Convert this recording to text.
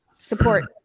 support